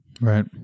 Right